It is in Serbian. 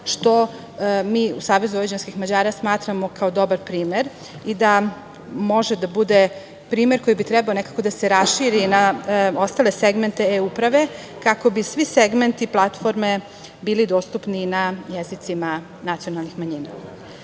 što mi u SVM smatramo kao dobar primer i da može da bude primer koji bi trebalo nekako da se raširi na ostale segmente eUprave kako bi svi segmenti platforme bili dostupni na jezicima nacionalnih manjina.U